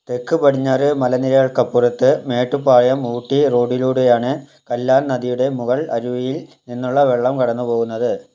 തെക്ക് പടിഞ്ഞാറ് മലനിരകൾക്കപ്പുറത്ത് മേട്ടുപ്പാളയം ഊട്ടി റോഡിലൂടെയാണ് കല്ലാർ നദിയുടെ മുകൾ അരുവിയിൽ നിന്നുള്ള വെള്ളം കടന്നുപോകുന്നത്